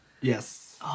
yes